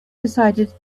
decided